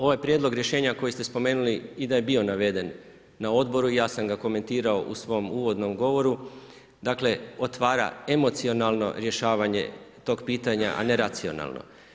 Ovaj prijedlog rješenja koji ste spomenuli i da je bio naveden na Odboru, ja sam ga komentirao u svom uvodnom govoru, dakle, otvara emocionalno rješavanje tog pitanja, a ne racionalno.